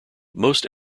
most